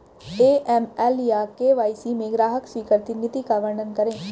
AML या KYC में ग्राहक स्वीकृति नीति का वर्णन करें?